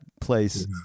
place